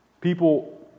people